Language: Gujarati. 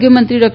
આરોગ્ય મંત્રી ડો